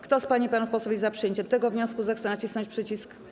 Kto z pań i panów posłów jest za przyjęciem tego wniosku, zechce nacisnąć przycisk.